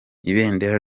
ibendera